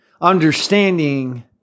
understanding